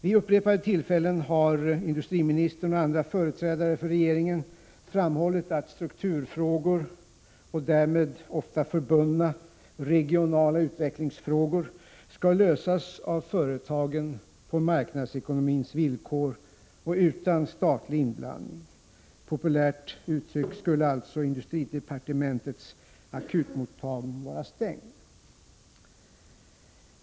Vid upprepade tillfällen har industriministern och andra företrädare för regeringen framhållit att strukturfrågor och därmed ofta förbundna regionala utvecklingsfrågor skall lösas av företagen på marknadsekonomins villkor och utan statlig inblandning. Populärt uttryckt skulle alltså industridepartementets akutmottagning vara stängd.